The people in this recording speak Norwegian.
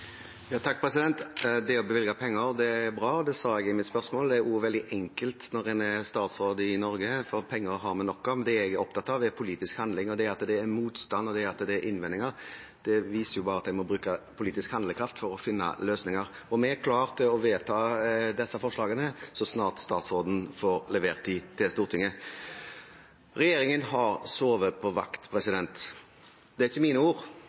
Det å bevilge penger er bra. Det sa jeg i mitt spørsmål. Det er også veldig enkelt når en er statsråd i Norge, for penger har vi nok av. Men det jeg er opptatt av, er politisk handling. Det at det er motstand og innvendinger, viser jo bare at en må bruke politisk handlekraft for å finne løsninger. Vi er klar til å vedta disse forslagene så snart statsråden får levert dem til Stortinget. Regjeringen har sovet på vakt – det er ikke mine ord.